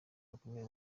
gakomeye